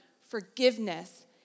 forgiveness